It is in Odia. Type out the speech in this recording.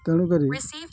ତେଣୁ କରି ବେଶୀ